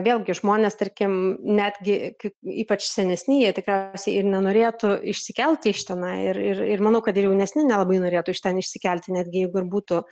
vėlgi žmonės tarkim netgi ypač senesni jie tikriausiai ir nenorėtų išsikelt iš tenai ir ir ir manau kad ir jaunesni nelabai norėtų iš ten išsikelti netgi jeigu ir būtų